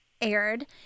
aired